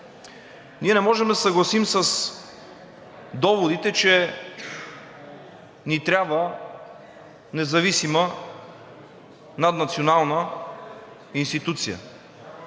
Ние не можем да се съгласим с доводите, че ни трябва независима наднационална институция.